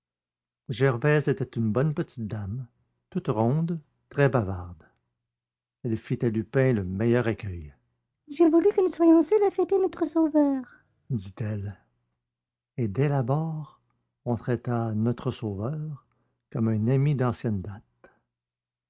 gervaise était une bonne petite dame toute ronde très bavarde elle fit à lupin le meilleur accueil j'ai voulu que nous soyons seuls à fêter notre sauveur dit-elle et dès l'abord on traita notre sauveur comme un ami d'ancienne date